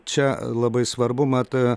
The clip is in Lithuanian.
čia labai svarbu mat